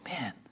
man